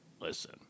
listen